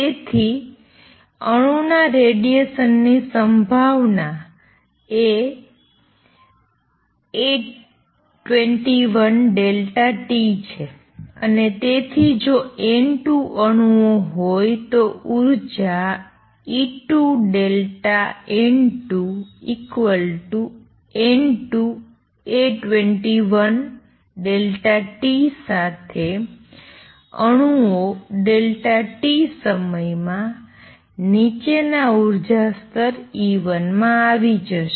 તેથી અણુના રેડિએશન ની સંભાવના એ A21 ∆t છે અને તેથી જો N2 અણુઓ હોય તો ઉર્જા E2ΔN2N2A21 Δt સાથે અણુઓ Δt સમય માં નીચેના ઉર્જા સ્તર E1 માં આવી જશે